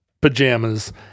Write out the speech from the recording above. pajamas